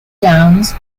downs